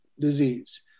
disease